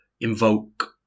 invoke